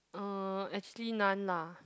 uh actually none lah